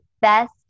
best